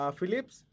Phillips